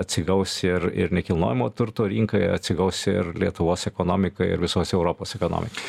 atsigaus ir ir nekilnojamo turto rinka atsigaus ir lietuvos ekonomika ir visos europos ekonomika